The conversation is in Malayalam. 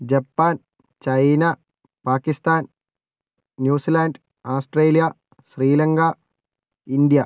Japan China Pakistan New Zealand Australia Sri Lanka India